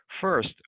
First